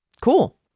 Cool